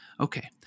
Okay